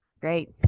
Great